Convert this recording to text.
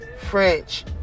French